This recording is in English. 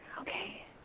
okay